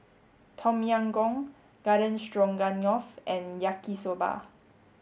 Tom Yam Goong Garden Stroganoff and Yaki Soba